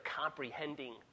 comprehending